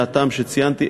מהטעם שציינתי,